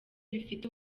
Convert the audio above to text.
bifite